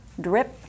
drip